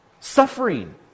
suffering